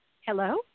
Hello